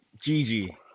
Gigi